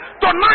Tonight